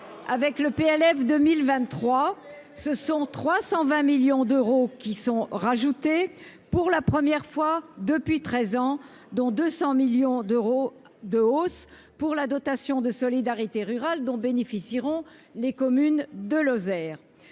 Avec le PLF 2023, ce sont 320 millions d'euros qui sont rajoutés pour la première fois depuis 13 ans dont 200 millions d'euros de hausse pour la dotation de solidarité rurale dont bénéficieront les communes de Lozère